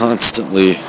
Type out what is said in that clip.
Constantly